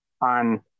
on